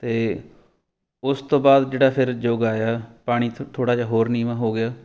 ਅਤੇ ਉਸ ਤੋਂ ਬਾਅਦ ਜਿਹੜਾ ਫਿਰ ਯੁੱਗ ਆਇਆ ਪਾਣੀ ਤਾਂ ਥੋੜ੍ਹਾ ਜਿਹਾ ਹੋਰ ਨੀਵਾਂ ਹੋ ਗਿਆ